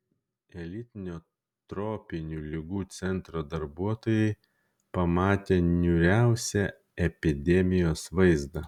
elitinio tropinių ligų centro darbuotojai pamatė niūriausią epidemijos vaizdą